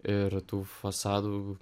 ir tų fasadų